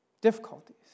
Difficulties